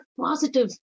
positive